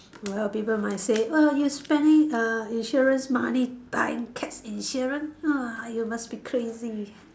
well people might say !wow! you spending insurance money buying cat insurance you must be crazy